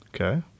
Okay